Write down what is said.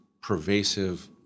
pervasive